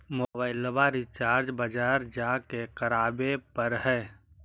मोबाइलवा रिचार्ज बजार जा के करावे पर है?